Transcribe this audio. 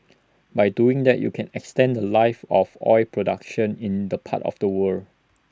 by doing that you can extend The Life of oil production in the part of the world